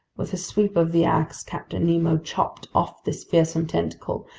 with a sweep of the ax, captain nemo chopped off this fearsome tentacle,